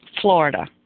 Florida